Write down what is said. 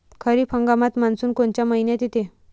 खरीप हंगामात मान्सून कोनच्या मइन्यात येते?